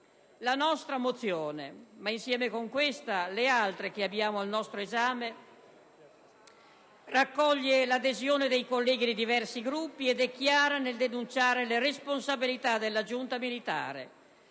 La nostra mozione, insieme alle altre che abbiamo al nostro esame, raccoglie l'adesione dei colleghi dei diversi Gruppi ed è chiara nel denunciare le responsabilità della giunta militare